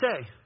say